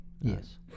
Yes